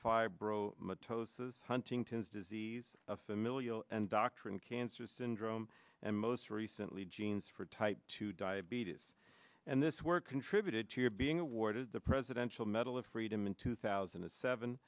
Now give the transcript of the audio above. neurofibromatosis huntington's disease a familial and doctrine cancer syndrome and most recently genes for type two diabetes and this work contributed to your being awarded the presidential medal of freedom in two thousand and seven